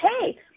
hey